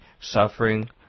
suffering